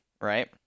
right